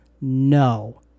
No